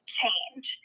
change